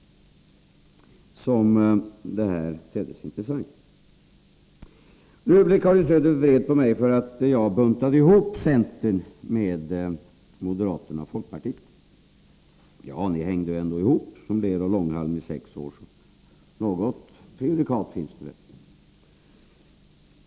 Anförandet tedde sig därför intressant. Nu blev Karin Söder vred på mig därför att jag buntade ihop centern med moderaterna och folkpartiet. Men ni hängde ju ändå ihop som ler och långhalm i sex år, så något prejudikat finns det väl.